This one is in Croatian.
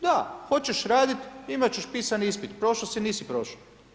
Da, hoćeš radit imat ćeš pisani ispit, prošo si, nisi prošo.